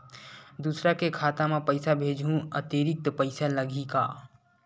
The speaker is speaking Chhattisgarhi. दूसरा के खाता म पईसा भेजहूँ अतिरिक्त पईसा लगही का?